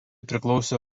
priklausė